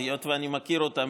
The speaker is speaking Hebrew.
היות שאני מכיר אותה,